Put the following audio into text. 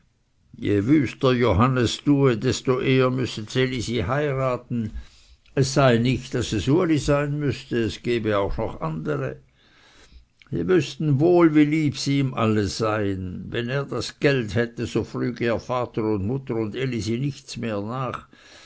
je wüster johannes tue desto eher müsse ds elisi heiraten es sei nicht daß es uli sein müsse es gebe andere auch noch sie wüßten wohl wie lieb sie ihm alle seien wenn er das geld hätte so früge er vater und mutter und elisi nichts mehr nach